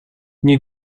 nie